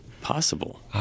possible